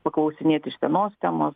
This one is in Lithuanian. paklausinėti iš senos temos